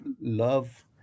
love